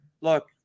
look